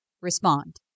respond